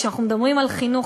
כשאנחנו מדברים על חינוך,